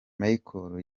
michael